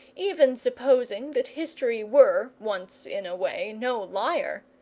even supposing that history were, once in a way, no liar,